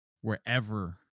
wherever